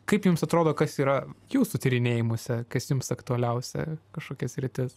kaip jums atrodo kas yra jūsų tyrinėjimuose kas jums aktualiausia kažkokia sritis